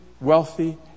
wealthy